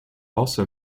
also